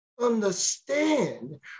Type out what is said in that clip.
understand